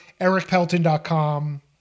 ericpelton.com